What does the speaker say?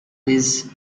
his